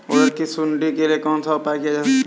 उड़द की सुंडी के लिए कौन सा उपाय किया जा सकता है?